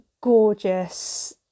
gorgeous